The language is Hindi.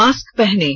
मास्क पहनें